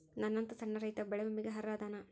ನನ್ನಂತ ಸಣ್ಣ ರೈತಾ ಬೆಳಿ ವಿಮೆಗೆ ಅರ್ಹ ಅದನಾ?